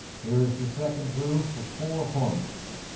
here's the second clue for four points.